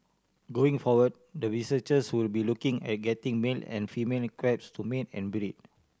going forward the researchers will be looking at getting male and female crabs to mate and breed